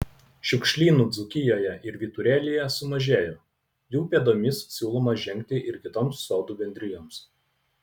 šiukšlynų dzūkijoje ir vyturėlyje sumažėjo jų pėdomis siūloma žengti ir kitoms sodų bendrijoms